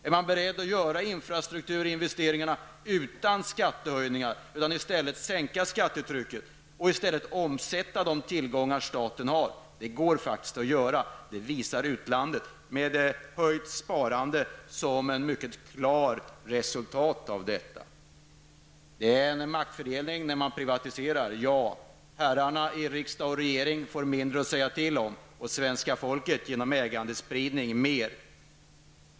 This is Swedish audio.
Är man beredd att göra infrastrukturinvesteringarna utan skattehöjningar och i stället sänka skattetrycket och omsätta de tillgångar staten har? Det går faktiskt, det visar utlandet, med höjt sparande som ett mycket klart resultat av detta. Det är en maktfördelning när man privatiserar -- ja. Herrarna i riksdag och regering får mindre att säga till om, och svenska folket -- genom ägandespridning -- mer.